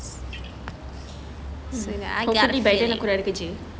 kau pergi bayar nak aku korea ke jail